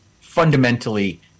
fundamentally